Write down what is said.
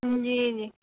जी जी